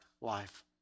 life